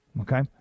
okay